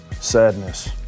Sadness